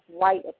right